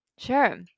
Sure